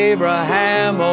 Abraham